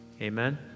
Amen